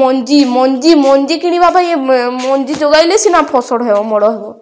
ମଞ୍ଜି ମଞ୍ଜି ମଞ୍ଜି କିଣିବା ପାଇଁ ମଞ୍ଜି ଯୋଗାଇଲେ ସିନା ଫସଲ ହେବ ହେବ